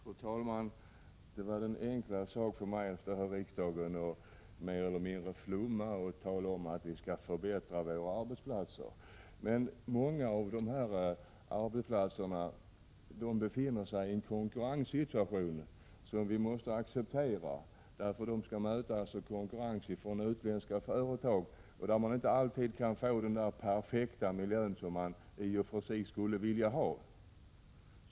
Fru talman! Det vore en enkel sak för mig att stå här i riksdagen och mer eller mindre flumma och tala om att vi skall förbättra våra arbetsplatser. Men många av dessa arbetsplatser befinner sig i en konkurrenssituation, som vi måste acceptera. De skall möta konkurrensen från utländska företag, där man inte alltid har den perfekta miljö som man skulle vilja ha.